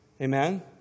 Amen